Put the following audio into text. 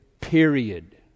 Period